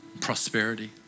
prosperity